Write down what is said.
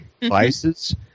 devices